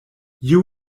you